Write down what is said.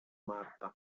marta